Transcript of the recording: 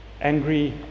angry